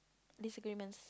disagreements